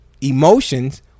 emotions